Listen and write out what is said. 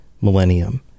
millennium